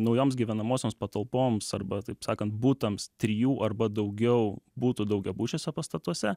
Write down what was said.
naujoms gyvenamosioms patalpoms arba taip sakan butams trijų arba daugiau butų daugiabučiuose pastatuose